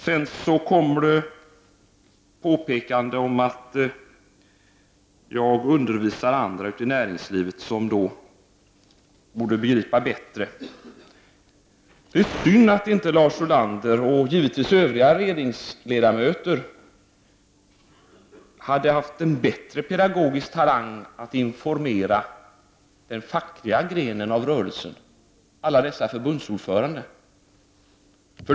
Lars Ulander påpekade att jag undervisar näringslivets folk, som då borde begripa bättre än jag. Det är synd att inte Lars Ulander och regeringens ledamöter haft en större pedagogisk talang när det gällt att informera den fackliga grenen av rörelsen — jag tänker på alla dessa förbundsordförande.